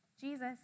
Jesus